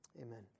amen